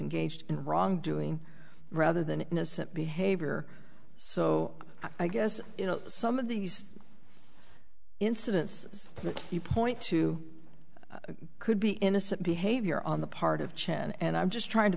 engaged in wrongdoing rather than innocent behavior so i guess you know some of these incidents as you point to could be innocent behavior on the part of chen and i'm just trying to